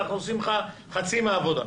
אנחנו עושים לך חצי מהעבודה.